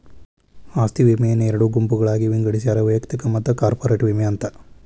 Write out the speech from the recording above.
ಆಸ್ತಿ ವಿಮೆಯನ್ನ ಎರಡು ಗುಂಪುಗಳಾಗಿ ವಿಂಗಡಿಸ್ಯಾರ ವೈಯಕ್ತಿಕ ಮತ್ತ ಕಾರ್ಪೊರೇಟ್ ವಿಮೆ ಅಂತ